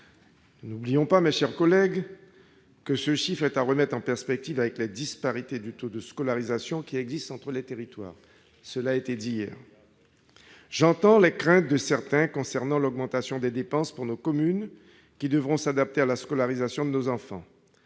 N'oublions pas, mes chers collègues, que ce chiffre est à mettre en perspective avec les disparités qui existent entre les territoires en matière de taux de scolarisation. J'entends les craintes de certains concernant l'augmentation des dépenses pour nos communes, qui devront s'adapter à la scolarisation des enfants